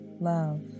love